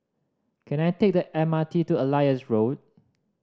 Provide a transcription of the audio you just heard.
can I take the M R T to Elias Road